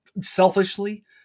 selfishly